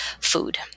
food